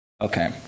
Okay